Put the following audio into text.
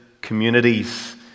communities